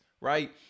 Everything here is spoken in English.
right